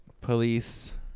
Police